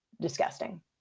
disgusting